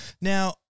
Now